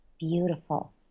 beautiful